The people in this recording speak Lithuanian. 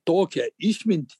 tokią išmintį